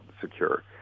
secure